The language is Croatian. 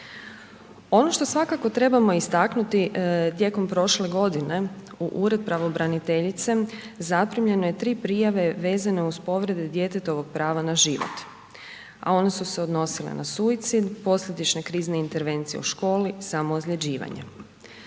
Ono što svakako trebamo istaknuti tijekom prošle godine u Ured pravobraniteljice zaprimljeno je 3 prijave vezane uz povrede djetetovog prava na život a one su se odnosile na suicid, posljedične krizne intervencije u školi, samoozljeđivanje.